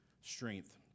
strength